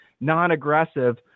non-aggressive